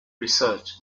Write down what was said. research